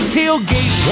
tailgate